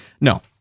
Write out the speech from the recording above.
No